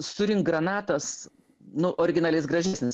surink granatas nu originaliai jis gražesnis